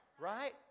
right